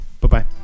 Bye-bye